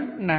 RN ને જોડું છું